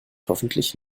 hoffentlich